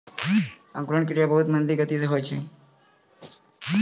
अंकुरन क्रिया बहुत मंद गति सँ होय छै